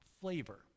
flavor